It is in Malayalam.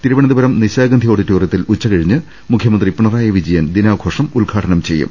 തിരുവനന്തപുരം നിശാഗന്ധി ഓഡിറ്റോറിയത്തിൽ ഉച്ചകഴിഞ്ഞ് മൂന്നിന് മുഖ്യമന്ത്രി പിണറായി വിജ യൻ ദിനാഘോഷം ഉദ്ഘാടനം ചെയ്യും